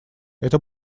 это